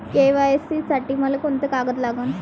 KYC साठी मले कोंते कागद लागन?